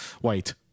White